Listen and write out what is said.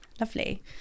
lovely